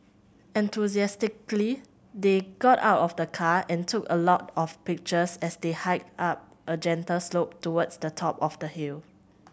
enthusiastically they got out of the car and took a lot of pictures as they hiked up a gentle slope towards the top of the hill